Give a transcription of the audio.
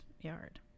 yard